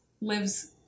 lives